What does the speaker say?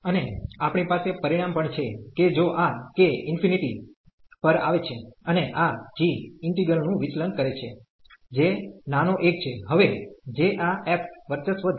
અને આપણી પાસે પરિણામ પણ છે કે જો આ k ઇન્ફિનિટી પર આવે છે અને આ g ઈન્ટિગ્રલ નું વિચલન કરે છે જે નાનો એક છે હવે જે આ f વર્ચસ્વ ધરાવે છે